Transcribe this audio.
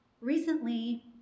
Recently